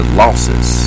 losses